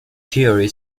theory